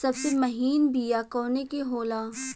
सबसे महीन बिया कवने के होला?